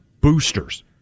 boosters